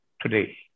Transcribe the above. today